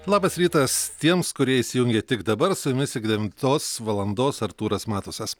labas rytas tiems kurie įsijungė tik dabar su jumis iki devintos valandos artūras matusas